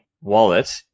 wallet